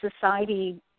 society